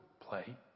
play